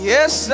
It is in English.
Yes